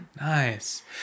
Nice